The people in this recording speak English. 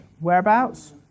whereabouts